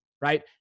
right